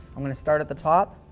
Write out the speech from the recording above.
i'm going to start at the top.